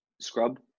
scrub